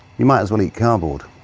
you might as well eat cardboard.